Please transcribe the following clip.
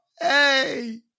Hey